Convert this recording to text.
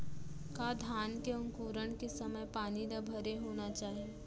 का धान के अंकुरण के समय पानी ल भरे होना चाही?